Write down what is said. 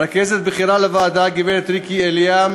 רכזת בכירה בוועדה, הגברת ריקי אליה,